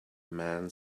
man